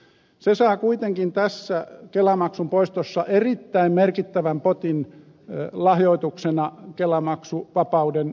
se saa kuitenkin tässä kelamaksun poistossa erittäin merkittävän potin lahjoituksena kelamaksuvapauden myötä